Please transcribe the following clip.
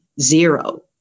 zero